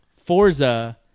Forza